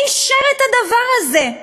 מי אישר את הדבר הזה?